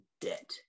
debt